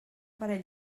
parell